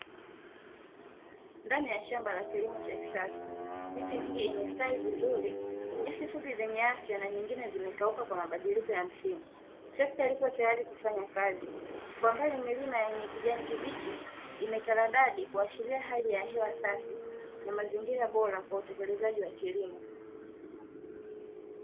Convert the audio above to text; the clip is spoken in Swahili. Ndani ya shamba la kilimo cha kisasa. Miti mingi imestawi vizuri, nyasi fupi zenye afya na nyingine zimekauka kwa mabadilkiko ya msimu. Trekta lipo tayari kufanya kazi. Kwa mbali milima yenye kijani kibichi imetaradadi kuashiria hali ya hewa safi na mazingira bora kwa utekelezaji wa kilimo.